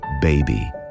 baby